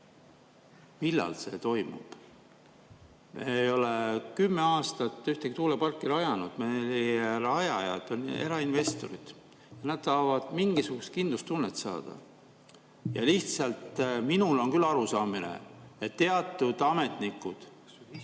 Millal see toimub? Me ei ole kümme aastat ühtegi tuuleparki rajanud. Rajajad on erainvestorid ja nad tahavad mingisugust kindlustunnet saada. Minul on küll arusaamine, et teatud ametnikud